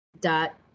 dot